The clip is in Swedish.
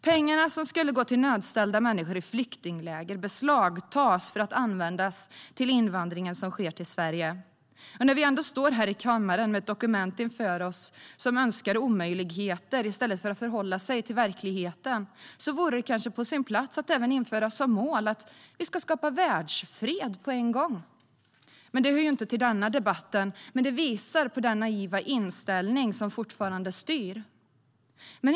Pengarna som skulle gå till nödställda människor i flyktingläger beslagtas för att användas till den invandring som sker till Sverige. När jag ändå står här i kammaren med ett dokument framför mig där man önskar omöjligheter i stället för att förhålla sig till verkligheten vore det kanske på sin plats att även införa som mål att vi ska skapa världsfred med en gång. Men det hör ju inte till denna debatt, men det visar på den naiva inställning som fortfarande är styrande.